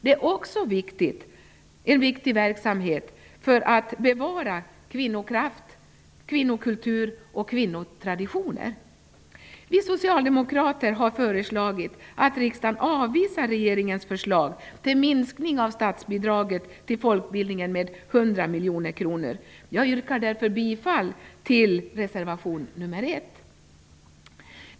Det är också en viktig verksamhet för att bevara kvinnokraft, kvinnokultur och kvinnotraditioner. Vi socialdemokrater har föreslagit att riksdagen avvisar regeringens förslag till minskning av statsbidraget till folkbildningen med 100 miljoner kronor. Jag yrkar därför bifall till reservation nr 1.